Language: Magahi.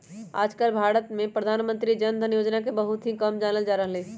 आजकल भारत में प्रधानमंत्री जन धन योजना के बहुत ही कम जानल जा रहले है